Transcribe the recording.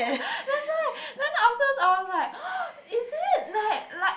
that's why then afterwards I was like is it like like